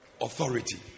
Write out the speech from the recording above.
authority